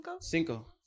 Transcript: cinco